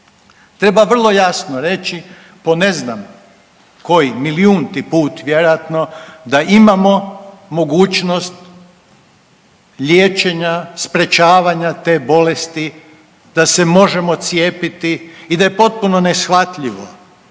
Treba vrlo jasno reći po ne zna koji milijunti put vjerojatno da imamo mogućnost liječenja, sprečavanja te bolesti, da se možemo cijepiti i da je potpuno neshvatljivo